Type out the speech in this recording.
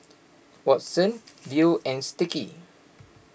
Watsons Viu and Sticky